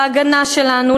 להגנה שלנו,